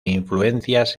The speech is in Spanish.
influencias